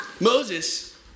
Moses